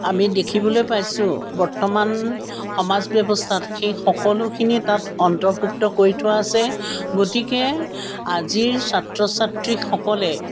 আমি দেখিবলৈ পাইছোঁ বৰ্তমান সমাজ ব্যৱস্থাত সেই সকলোখিনি তাত অন্তৰ্ভুক্ত কৰি থোৱা আছে গতিকে আজিৰ ছাত্ৰ ছাত্ৰীসকলে